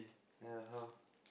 ya how